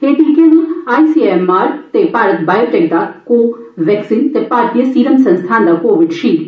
एह टीके न आई सी एम आर ते भारत बायोटेक दा कोवैक्सीन ते भारती सीरम संस्थान दा कोवीशील्ड